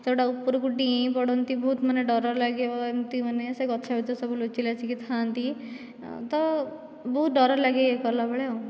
ସେ ଗୁଡ଼ା ଉପରକୁ ଡେଇଁ ପଡ଼ନ୍ତି ବହୁତ ମାନେ ଡର ଲାଗିବ ଏମିତି ମାନେ ସେ ଗଛ ଭିତରେ ସବୁ ଲୁଚି ଲାଚିକି ଥାଆନ୍ତି ତ ବହୁତ ଡର ଲାଗେ ଗଲା ବେଳେ ଆଉ